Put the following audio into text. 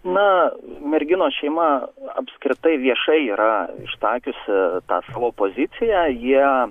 na merginos šeima apskritai viešai yra išsakiusi tą savo poziciją jie